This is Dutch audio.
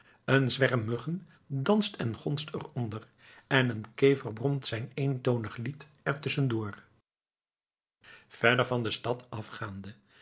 een zwerm muggen danst en gonst er onder en een kever bromt zijn eentonig lied er tusschendoor verder van de stad afgaande